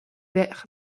vers